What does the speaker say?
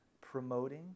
promoting